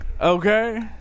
okay